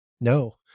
no